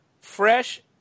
fresh